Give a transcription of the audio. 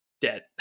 dead